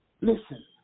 Listen